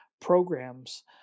programs